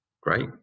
Great